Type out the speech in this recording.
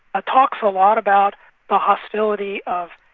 ah talks a lot about the hostility of